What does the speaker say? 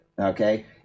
okay